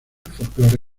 folclore